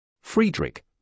Friedrich